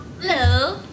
Hello